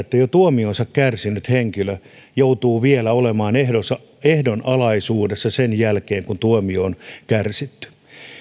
että jo tuomionsa kärsinyt henkilö joutuisi vielä olemaan ehdonalaisuudessa sen jälkeen kun tuomio on kärsitty